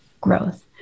growth